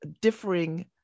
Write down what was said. differing